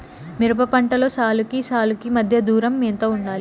మిరప పంటలో సాలుకి సాలుకీ మధ్య దూరం ఎంత వుండాలి?